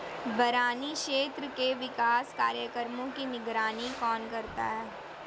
बरानी क्षेत्र के विकास कार्यक्रमों की निगरानी कौन करता है?